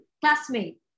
classmate